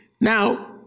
Now